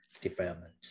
development